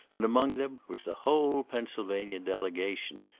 and among them was the whole pennsylvania delegation,